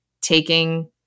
taking